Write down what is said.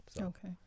Okay